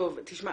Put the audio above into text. תשמע,